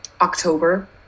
October